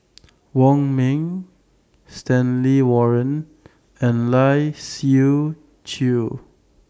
Wong Ming Stanley Warren and Lai Siu Chiu